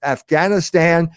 Afghanistan